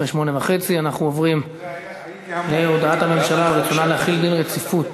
אחרי 20:30. אנחנו עוברים להודעת הממשלה על רצונה להחיל דין רציפות